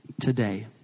today